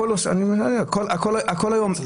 היום,